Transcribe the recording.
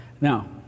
Now